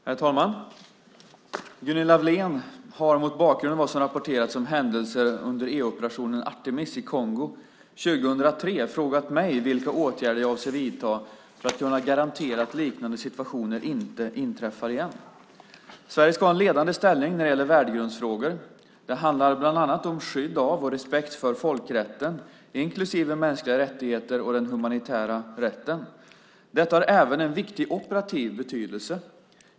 Herr talman! Gunilla Wahlén har, mot bakgrund av vad som har rapporterats om händelser under EU-operationen Artemis i Kongo 2003, frågat mig vilka åtgärder jag avser att vidta för att kunna garantera att liknande situationer inte inträffar igen. Sverige ska ha en ledande ställning när det gäller värdegrundsfrågor. Det handlar bland annat om skydd av och respekt för folkrätten, inklusive mänskliga rättigheter och den humanitära rätten. Detta har även en viktig operativ betydelse.